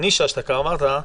הנישה שדיברת עליה,